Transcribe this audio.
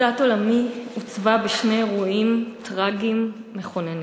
תפיסת עולמי עוצבה בשני אירועים טרגיים מכוננים.